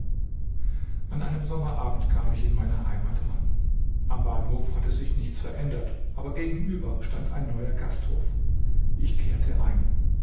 an einem sommerabend kam ich in meiner heimat an am bahnhof hatte sich nichts verändert aber gegenüber stand ein neuer gasthof ich kehrte ein